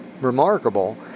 remarkable